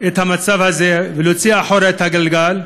את המצב הזה ולסובב אחורה את הגלגל,